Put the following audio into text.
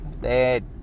Dad